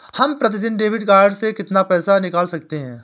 हम प्रतिदिन debit card से कितना पैसा निकाल सकते हैं?